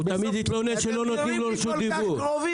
הוא תמיד התלונן שלא נותנים לו רשות דיבור.